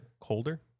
colder